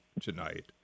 tonight